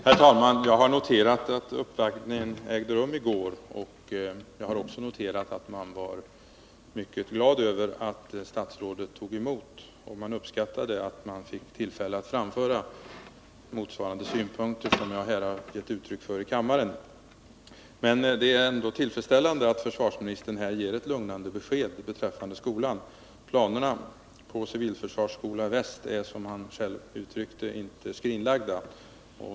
Herr talman! Jag har noterat att uppvaktningen ägde rum i går. Jag har också noterat att man var mycket glad över att statsrådet tog emot. Man uppskattade att man fick tillfälle att framföra synpunkter motsvarande dem som jag gett uttryck för här i kammaren. Det är ändå tillfredsställande att försvarsministern här ger ett lugnande besked beträffande skolan. Planerna på en civilförsvarsskola i Västsverige är, som försvarsministern själv uttryckte det, inte skrinlagda.